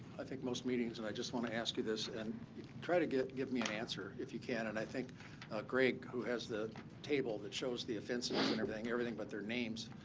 i think, most meetings, and i just want to ask you this. and try to give give me an answer, if you can. and i think greg, who has the table that shows the offenses and everything, everything but their names,